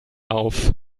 auf